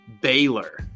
Baylor